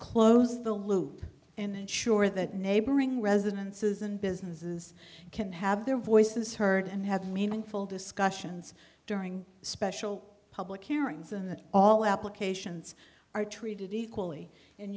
close the loop and sure that neighboring residences and businesses can have their voices heard and have meaningful discussions during special public hearings and that all applications are treated equally and